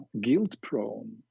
guilt-prone